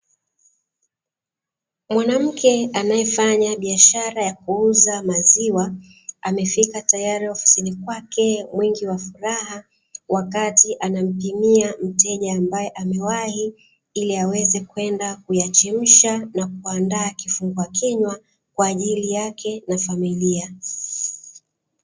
Mwanamke anayefanya biashara ya kuuza maziwa, amefika tayari ofisini kwake, mwingi wa furaha, wakati anampimia mteja ambaye amewahi, ili aweze kwenda kuyachemsha na kuandaa kifungua kinywa, kwa ajili yake na familia.